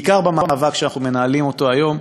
בעיקר במאבק שאנחנו מנהלים היום,